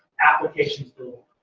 applications build